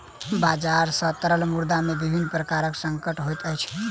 बजार सॅ तरल मुद्रा में विभिन्न प्रकारक संकट होइत अछि